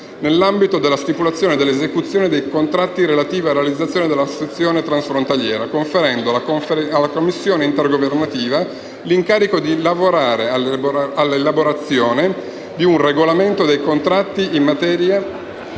nell'ambito della stipulazione e dell'esecuzione dei contratti relativi alla realizzazione della sezione transfrontaliera», conferendo «alla commissione intergovernativa l'incarico di lavorare all'elaborazione di un regolamento dei contratti» in materia